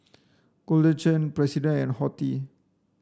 Golden Churn President and Horti